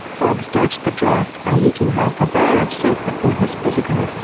foxx dodged the draft by eating half a bar of soap before his physical,